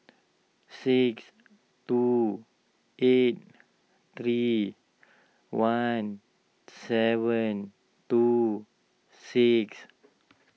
six two eight three one seven two six